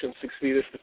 succeeded